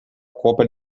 cópia